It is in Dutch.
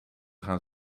gaan